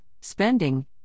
spending